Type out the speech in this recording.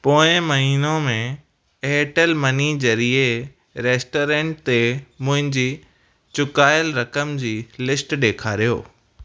पोएं महीनो में एयरटेल मनी ज़रिए रेस्टोरेंट ते मुंहिंजी चुकायल रक़म जी लिस्ट ॾेखारियो